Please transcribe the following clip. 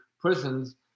prisons